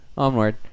Onward